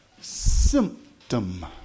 symptom